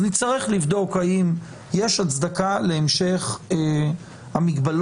נצטרך לבדוק האם יש הצדקה להמשך המגבלות.